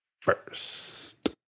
first